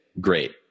great